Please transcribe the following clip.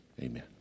Amen